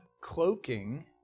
cloaking